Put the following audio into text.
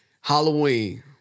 Halloween